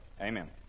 Amen